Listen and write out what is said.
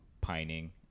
pining